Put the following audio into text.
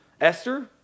Esther